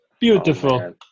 Beautiful